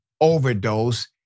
overdose